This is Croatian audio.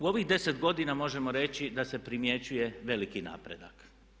U ovih 10 godina možemo reći da se primjećuje veliki napredak.